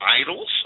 idols